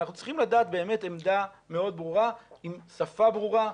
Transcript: אנחנו צריכים לדעת באמת עמדה מאוד ברורה עם שפה ברורה,